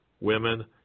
women